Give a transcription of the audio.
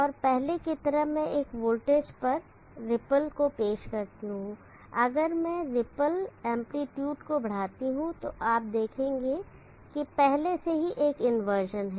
और पहले की तरह मैं एक वोल्टेज पर रिपल को पेश करता हूं और अगर मैं रिपल एंप्लीट्यूड को बढ़ाता हूं तो आप देखेंगे कि पहले से ही एक इंवर्जन है